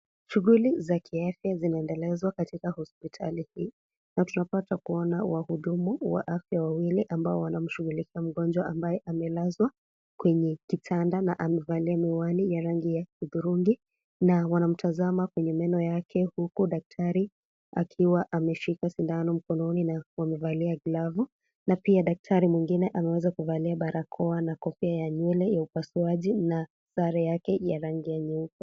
Shughuli za kiafya zinaendelezwa katika hospitali hii na tunapata kuona wahudumu wa afya wawili ambao wanashughulikia mgonjwa ambaye amelazwa kwenye kitanda na amevalia miwani ya rangi ya hudhurungi na wanamtazama kwenye meno yake huku daktari akiwa ameshika sindano mkononi na amevalia glavu na pia daktari mwingine ameweza kuvalia barakoa na kofia ya nywele ya upasuaji na sare yake ya rangi ya nyeupe.